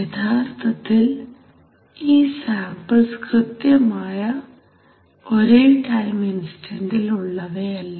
യഥാർത്ഥത്തിൽ ഈ സാമ്പിൾസ് കൃത്യമായ ഒരേ ടൈം ഇൻസ്റ്റന്റിൽ ഉള്ളവയല്ല